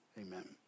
Amen